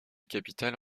capitale